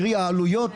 קרי העלויות,